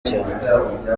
cyane